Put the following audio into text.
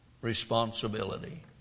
responsibility